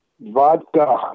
Vodka